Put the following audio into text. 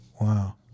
Wow